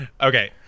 Okay